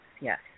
yes